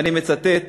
ואני מצטט: